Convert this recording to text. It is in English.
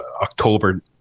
October